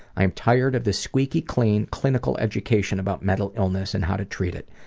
i am tired of this squeaky clean, clinical education about mental illness and how to treat it.